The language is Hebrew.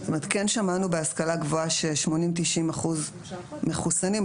כן שמענו בהשכלה הגבוהה ש-80% 90% מחוסנים.